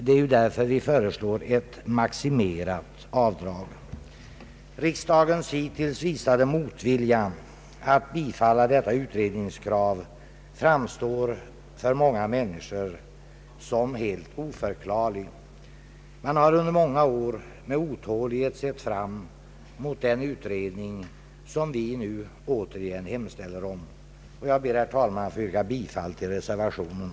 Därför föreslår vi ett maximerat avdrag. Riksdagens hittills visade motvilja mot att bifalla detta utredningskrav framstår för många människor som helt oförklarlig. Man har under många år med otålighet sett fram mot den utredning som vi nu återigen hemställer om. Jag ber, herr talman, att få yrka bifall till reservationen.